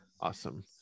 awesome